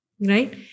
right